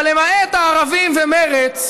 אבל למעט הערבים ומרצ,